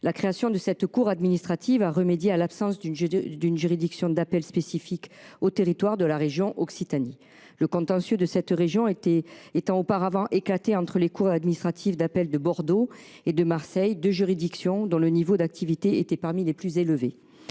de notre pays. Cette création a remédié à l’absence d’une juridiction d’appel spécifique au territoire de l’Occitanie, le contentieux de cette région étant auparavant éclaté entre les cours administratives d’appel de Bordeaux et de Marseille, deux juridictions dont le niveau d’activité était parmi les plus élevés.